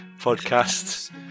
podcast